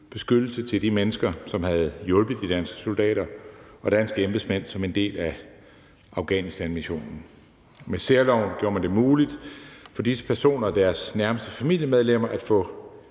beskyttelse til de mennesker, som havde hjulpet de danske soldater og danske embedsmænd som en del af Afghanistanmissionen. Med særloven gjorde man det muligt for disse personer og deres nærmeste familiemedlemmer at få